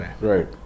Right